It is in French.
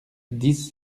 dix